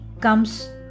comes